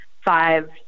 five